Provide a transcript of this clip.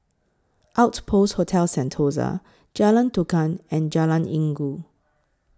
Outpost Hotel Sentosa Jalan Tukang and Jalan Inggu